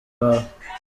wawe